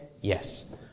Yes